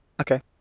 Okay